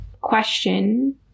question